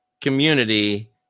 community